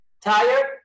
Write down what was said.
tired